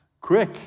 Quick